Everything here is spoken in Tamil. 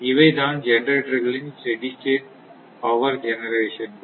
இவைதான் ஜெனெரேட்டர்களின் ஸ்டெடி ஸ்டேட் பவர் ஜெனெரேஷன்கள்